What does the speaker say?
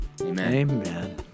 Amen